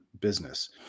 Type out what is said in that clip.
business